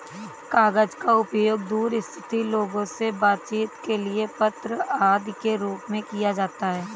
कागज का उपयोग दूर स्थित लोगों से बातचीत के लिए पत्र आदि के रूप में किया जाता है